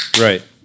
right